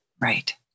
Right